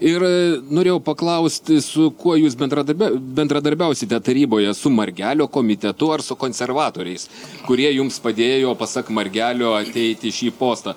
ir norėjau paklausti su kuo jūs bendradarbia bendradarbiausite taryboje su margelio komitetu ar su konservatoriais kurie jums padėjo pasak margelio ateit į šį postą